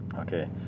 Okay